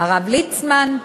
הרב ליצמן,